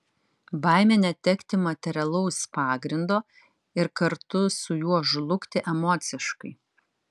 baimė netekti materialaus pagrindo ir kartu su juo žlugti emociškai